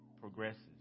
progresses